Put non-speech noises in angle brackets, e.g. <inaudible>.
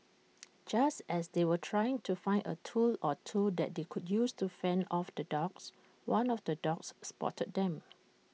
<noise> just as they were trying to find A tool or two that they could use to fend off the dogs one of the dogs spotted them